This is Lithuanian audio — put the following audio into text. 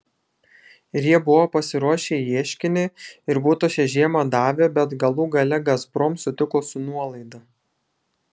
ir jie buvo pasiruošę ieškinį ir būtų šią žiemą davę bet galų gale gazprom sutiko su nuolaida